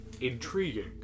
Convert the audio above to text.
Intriguing